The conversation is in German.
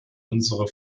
unsere